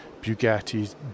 Bugattis